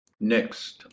Next